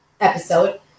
episode